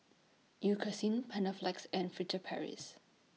Eucerin Panaflex and Furtere Paris